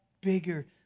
bigger